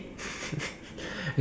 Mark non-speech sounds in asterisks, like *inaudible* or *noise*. *laughs*